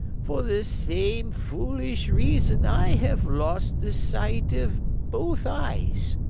for the same foolish reason, i have lost the sight of both eyes.